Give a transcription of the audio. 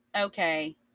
okay